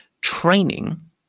training